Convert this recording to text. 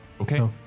Okay